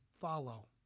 follow